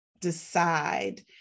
decide